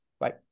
right